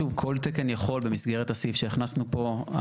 במסגרת הסעיף שהכנסנו פה,